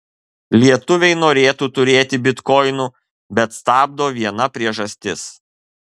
lietuviai norėtų turėti bitkoinų bet stabdo viena priežastis